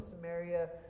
Samaria